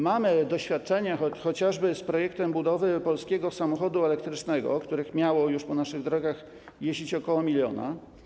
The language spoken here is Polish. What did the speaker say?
Mamy doświadczenia chociażby z projektem budowy polskich samochodów elektrycznych, których miało już po naszych drogach jeździć ok. 1 mln.